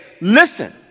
listen